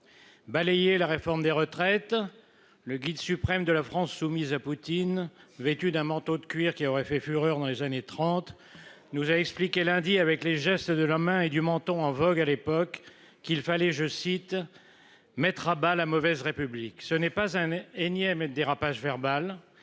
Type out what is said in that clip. Balayé la réforme des retraites. Le guide suprême de la France soumise à Poutine, vêtu d'un manteau de cuir qui aurait fait fureur dans les années 30 nous a expliqué lundi avec les gestes de la main et du menton en vogue à l'époque qu'il fallait je cite. Mettre à bas la mauvaise République ce n'est pas un énième et de dérapage verbal,